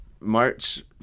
March